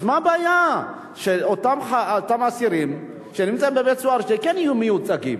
אז מה הבעיה שאותם אסירים שנמצאים בבית-סוהר כן יהיו מיוצגים?